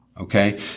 Okay